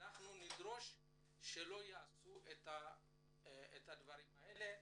אנחנו נדרוש שלא יעשו את הדברים האלה,